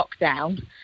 lockdown